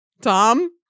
Tom